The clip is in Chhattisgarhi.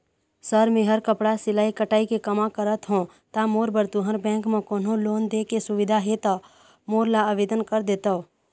सर मेहर कपड़ा सिलाई कटाई के कमा करत हों ता मोर बर तुंहर बैंक म कोन्हों लोन दे के सुविधा हे ता मोर ला आवेदन कर देतव?